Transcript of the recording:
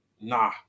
nah